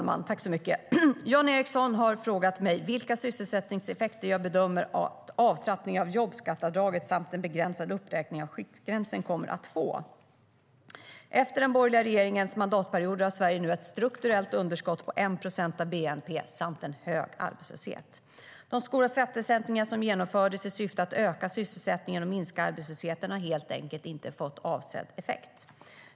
Fru talman! Jan Ericson har frågat mig vilka sysselsättningseffekter jag bedömer att avtrappningen av jobbskatteavdraget samt den begränsade uppräkningen av skiktgränsen kommer att få. Efter den borgerliga regeringens mandatperioder har Sverige nu ett strukturellt underskott på 1 procent av bnp samt en hög arbetslöshet. De stora skattesänkningar som genomfördes i syfte att öka sysselsättningen och minska arbetslösheten har helt enkelt inte fått avsedd effekt.